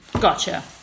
gotcha